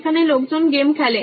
সেখানে লোকজন গেম খেলে